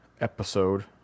episode